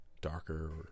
darker